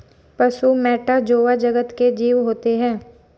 पशु मैटा जोवा जगत के जीव होते हैं